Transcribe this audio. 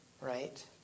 Right